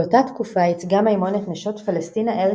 באותה תקופה ייצגה מימון את נשות פלשתינה-א"י,